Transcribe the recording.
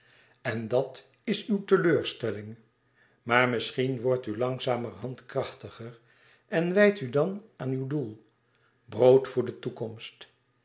en dat is uw teleurstelling maar misschien wordt u langzamerhand krachtiger en wijdt u dan aan uw doel brood voor de toekomst